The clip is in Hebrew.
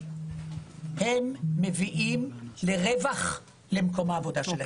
הם מביאים לרווח למקום העבודה שלהם.